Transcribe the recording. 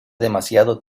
demasiado